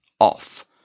off